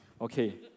Okay